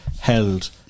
held